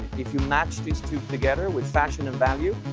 if you match these two together, with fashion and value,